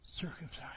Circumcised